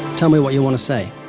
tell me what you want to say.